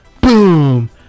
Boom